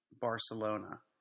Barcelona